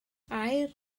aur